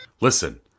Listen